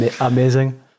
Amazing